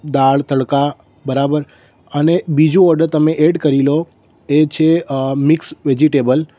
દાળ તડકા બરાબર અને બીજું ઓડર તમે એડ કરી લો એ છે મિક્સ વેજીટેબલ